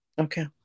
Okay